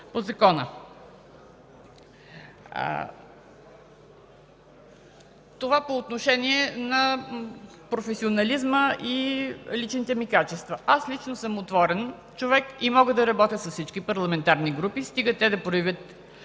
Това по отношение на професионализма и личните ми качества. Аз лично съм отворен човек и мога да работя с всички парламентарни групи, стига интересът